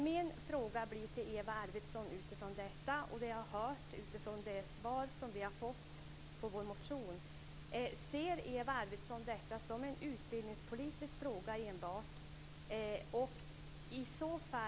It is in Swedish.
Min fråga till Eva Arvidsson utifrån detta, utifrån det vi har hört och utifrån de svar som vi har fått på vår motion: Ser Eva Arvidsson det som enbart en utbildningspolitisk fråga?